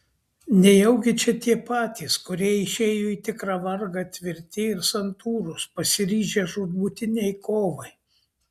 nejaugi čia tie patys kurie išėjo į tikrą vargą tvirti ir santūrūs pasiryžę žūtbūtinei kovai